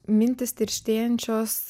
mintys tirštėjančios